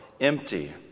Empty